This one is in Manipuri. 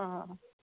ꯑꯥ ꯑꯥ ꯑꯥ